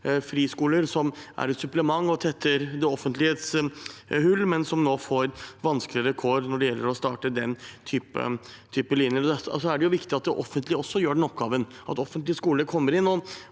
friskoler som er et supplement, og som tetter det offentliges hull, men som nå får vanskeligere kår når det gjelder å starte den typen linjer. Det er viktig at det offentlige også gjør den oppgaven, at offentlig skole kommer inn